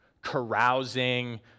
carousing